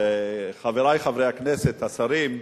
וחברי חברי הכנסת, השרים,